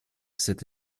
cet